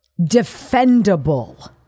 defendable